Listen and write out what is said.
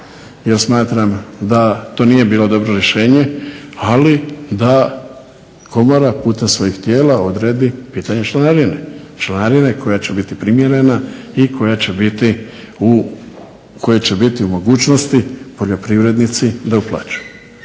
jer smatram da to nije bilo dobro rješenje ali da komora putem svojih tijela odredi pitanje članarine, članarine koja će biti primjerena i koja će biti u mogućnosti poljoprivrednici da uplaćuju.